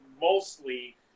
mostly